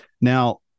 Now